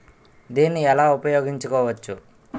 దీన్ని ఎలా ఉపయోగించు కోవచ్చు?